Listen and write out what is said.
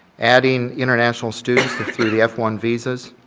adding international students through the f one visas,